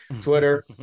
Twitter